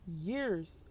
years